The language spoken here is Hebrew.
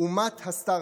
"אומת הסטרטאפ".